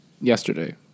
yesterday